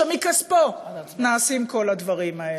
שבכספו נעשים כל הדברים האלה.